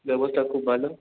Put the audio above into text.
ব্যবস্থা খুব ভালো